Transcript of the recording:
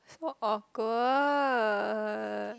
is work of good